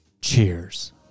cheers